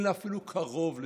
אין לה אפילו קרוב לזה.